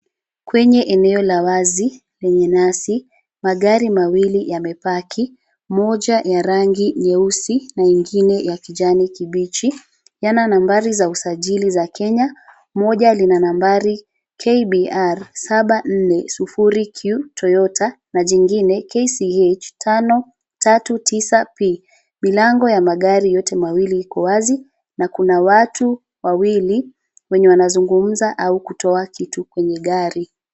Kwenye eneo la wazi lenye nyasi, magari mawili yamepaki. Moja ya rangi nyeusi na ingine ya kijani kibichi. Yana nambari za usajili za Kenya, moja lina KBR 704Q Toyota na jingine KCH 539P. Milango ya magari yote mawili iko wazi na kuna watu wawili wenye wanazungumza au kutoa kitu kwenye gari.